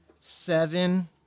seven